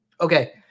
okay